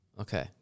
Okay